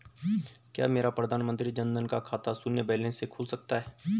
क्या मेरा प्रधानमंत्री जन धन का खाता शून्य बैलेंस से खुल सकता है?